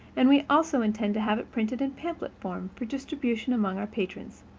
and we also intend to have it printed in pamphlet form for distribution among our patrons.